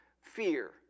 fear